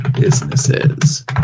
businesses